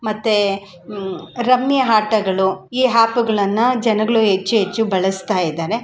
ಮತ್ತು ರಮ್ಮಿ ಆಟಗಳು ಈ ಹ್ಯಾಪುಗಳನ್ನ ಜನಗಳು ಹೆಚ್ಚು ಹೆಚ್ಚು ಬಳಸ್ತಾ ಇದ್ದಾರೆ